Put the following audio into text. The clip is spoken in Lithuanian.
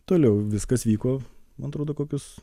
toliau viskas vyko man atrodo kokius